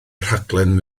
rhaglen